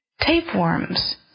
tapeworms